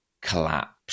collapse